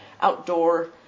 outdoor